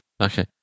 Okay